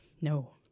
no